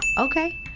Okay